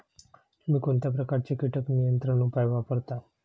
तुम्ही कोणत्या प्रकारचे कीटक नियंत्रण उपाय वापरता?